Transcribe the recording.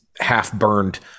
half-burned